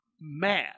mad